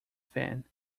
thin